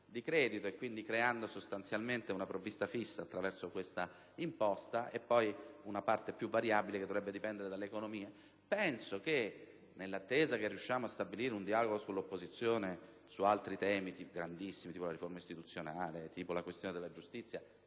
di credito, creando sostanzialmente una provvista fissa attraverso quest'imposta e poi una parte più variabile che dovrebbe dipendere dall'economia. Penso che nell'attesa di riuscire a stabilire un dialogo con l'opposizione su altri temi di grandissimo rilievo, quali la riforma istituzionale o quella della giustizia